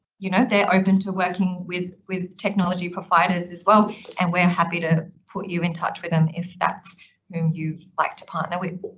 you know, they're open to working with with technology providers as well and we're happy to put you in touch with them if that's who'd you like to partner with.